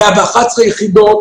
111 יחידות.